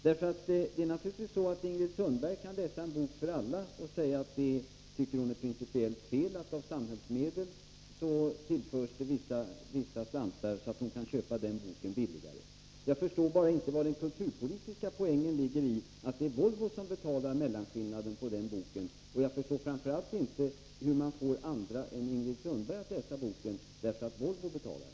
Ingrid Sundberg kan naturligtvis läsa ”En bok för alla” och säga att hon tycker att det är principiellt fel att det av samhällsmedel tillförs vissa slantar så att hon kan köpa den boken billigare. Jag förstår bara inte var den kulturpolitiska poängen ligger i att det är Volvo som betalar mellanskillnaden för den boken. Och jag förstår framför allt inte hur man får andra än Ingrid Sundberg att läsa boken därför att Volvo betalar.